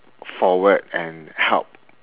forward and help